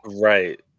Right